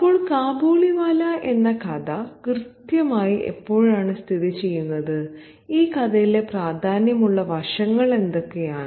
അപ്പോൾ കാബൂളിവാല എന്ന കഥ കൃത്യമായി എപ്പോഴാണ് സ്ഥിതി ചെയ്യുന്നത് ഈ കഥയിലെ പ്രാധാന്യമുള്ള വശങ്ങൾ എന്തൊക്കെയാണ്